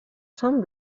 sant